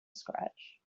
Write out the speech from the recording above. scratch